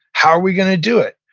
how are we going to do it?